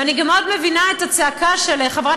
ואני גם מאוד מבינה את הצעקה של חברת